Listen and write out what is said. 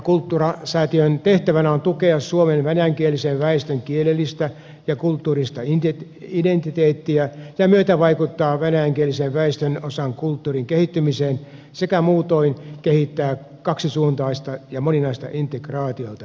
cultura säätiön tehtävänä on tukea suomen venäjänkielisen väestön kielellistä ja kulttuurista identiteettiä ja myötävaikuttaa venäjänkielisen väestönosan kulttuurin kehittymiseen sekä muutoin kehittää kaksisuuntaista ja moninaista integraatiota